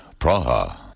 Praha